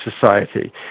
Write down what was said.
society